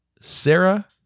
Sarah